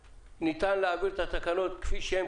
ניתן להעביר את התקנות כפי שהן,